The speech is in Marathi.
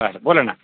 बरं बोला ना